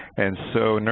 and so,